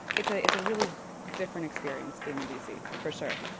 it's ah it's a really different experience being in d c, for sure.